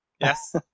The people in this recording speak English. Yes